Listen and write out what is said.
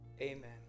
amen